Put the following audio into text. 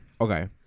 Okay